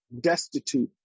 destitute